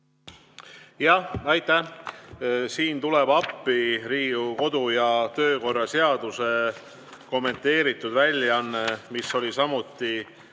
Jah, aitäh! Siin tuleb appi Riigikogu kodu- ja töökorra seaduse kommenteeritud väljaanne, mis oli samuti